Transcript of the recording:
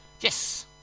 Yes